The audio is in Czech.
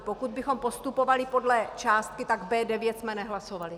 Pokud bychom hlasovali podle částky, tak B9 jsme nehlasovali.